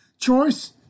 Choice